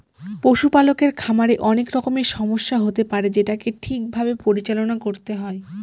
পশুপালকের খামারে অনেক রকমের সমস্যা হতে পারে যেটাকে ঠিক ভাবে পরিচালনা করতে হয়